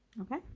Okay